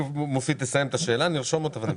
מופיד יסיים את השאלה, נרשום אותה ונמשיך.